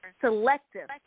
selective